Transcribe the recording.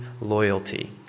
loyalty